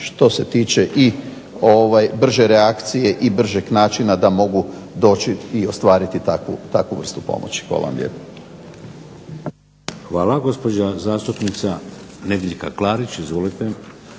što se tiče i brže reakcije i bržeg načina da mogu doći i ostvariti takvu vrstu pomoći. Hvala vam lijepa. **Šeks, Vladimir (HDZ)** Hvala. Gospođa zastupnica Nedjeljka Klarić. Izvolite.